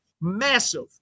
massive